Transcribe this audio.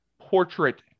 portrait